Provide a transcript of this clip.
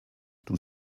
tout